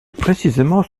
précisément